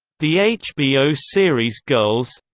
the hbo series girls